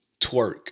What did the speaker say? twerk